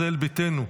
ישראל ביתנו,